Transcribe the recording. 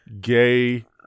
gay